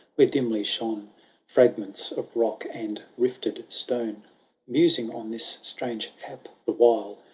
where dimly shone fragments of rock and rifted stoned musing on this strange hap the while.